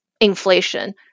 inflation